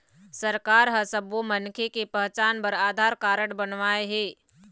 सरकार ह सब्बो मनखे के पहचान बर आधार कारड बनवाए हे